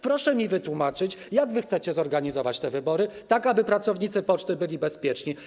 Proszę mi wytłumaczyć, jak wy chcecie zorganizować te wybory, tak aby pracownicy poczty byli bezpieczni.